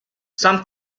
some